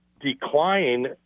decline